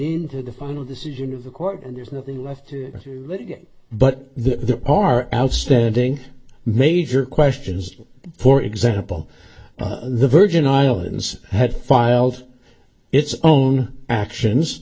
into the final decision of the court and there's nothing left but the are outstanding major questions for example the virgin islands had filed its own actions